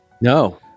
no